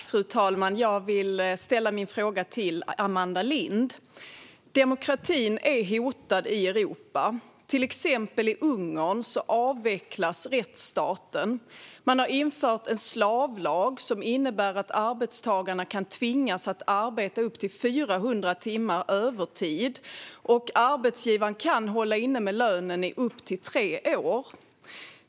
Fru talman! Jag vill ställa en fråga till Amanda Lind. Demokratin är hotad i Europa. I till exempel Ungern avvecklas rättsstaten. Man har infört en slavlag som innebär att arbetstagare kan tvingas arbeta övertid i upp till 400 timmar, och arbetsgivaren kan hålla inne lönen i upp till tre år.